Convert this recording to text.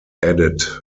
added